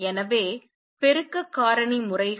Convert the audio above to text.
எனவே பெருக்க காரணி முறைகள்